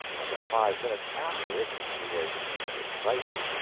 and that five minutes after it he was excited.